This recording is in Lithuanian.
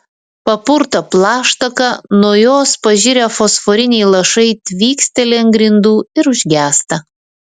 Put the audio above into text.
papurto plaštaką nuo jos pažirę fosforiniai lašai tvyksteli ant grindų ir užgęsta